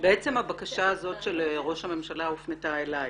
בעצם הבקשה הזו של ראש הממשלה הופנתה אלייך,